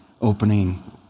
opening